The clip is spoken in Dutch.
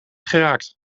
geraakt